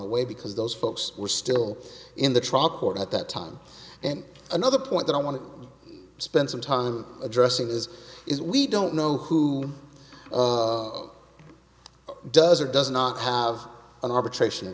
away because those folks were still in the truck or at that time and another point that i want to spend some time addressing this is we don't know who does or does not have an arbitration